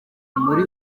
muri